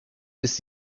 ist